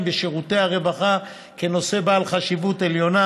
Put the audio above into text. בשירותי הרווחה כנושא בעל חשיבות עליונה,